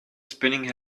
spinning